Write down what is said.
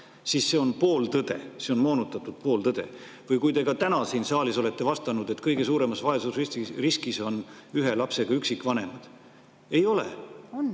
siis see on pooltõde, see on moonutatud pooltõde. Ka täna siin saalis olete te vastanud, et kõige suuremas vaesusriskis on ühe lapsega üksikvanemad – ei ole! On.